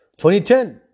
2010